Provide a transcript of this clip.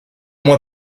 mois